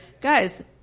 guys